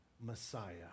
Messiah